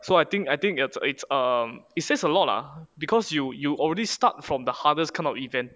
so I think I think it's it's um it says a lot lah because you you already start from the hardest kind of event